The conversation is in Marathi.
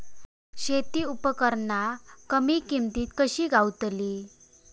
शेती उपकरणा कमी किमतीत कशी गावतली?